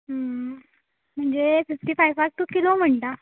म्हणजे फिफ्टी फायफाक तूं किलो म्हणटा